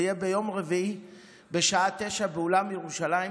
זה יהיה ביום רביעי בשעה 09:00 באולם ירושלים,